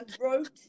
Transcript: wrote